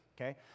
okay